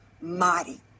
mighty